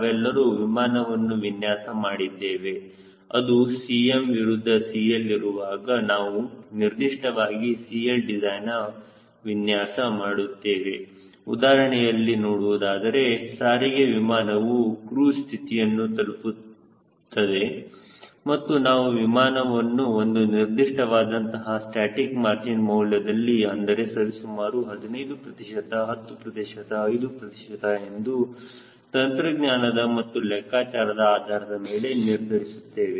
ನಾವೆಲ್ಲರೂ ವಿಮಾನವನ್ನು ವಿನ್ಯಾಸ ಮಾಡುತ್ತಿದ್ದೇವೆ ಅದು Cm ವಿರುದ್ಧ CL ಇರುವಾಗ ನಾವು ನಿರ್ದಿಷ್ಟವಾಗಿ CLdesign ವಿನ್ಯಾಸ ಮಾಡುತ್ತೇವೆ ಉದಾಹರಣೆಯಲ್ಲಿ ನೋಡುವುದಾದರೆ ಸಾರಿಗೆ ವಿಮಾನವು ಕ್ರೂಜ್ ಸ್ಥಿತಿಯನ್ನು ತಲುಪುತ್ತದೆ ಮತ್ತು ನಾವು ವಿಮಾನವನ್ನು ಒಂದು ನಿರ್ದಿಷ್ಟವಾದಂತಹ ಸ್ಟಾಸ್ಟಿಕ್ ಮಾರ್ಜಿನ್ ಮೌಲ್ಯದಲ್ಲಿಅಂದರೆ ಸರಿಸುಮಾರು 15 ಪ್ರತಿಶತ 10 ಪ್ರತಿಶತ 5 ಪ್ರತಿಶತ ಎಂದು ತಂತ್ರಜ್ಞಾನದ ಮತ್ತು ಲೆಕ್ಕಾಚಾರದ ಆಧಾರದ ಮೇಲೆ ನಿರ್ಧರಿಸುತ್ತೇವೆ